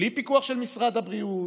בלי פיקוח של משרד הבריאות,